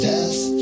Death